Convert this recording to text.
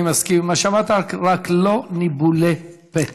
אני מסכים למה שאמרת: רק לא ניבולי פה.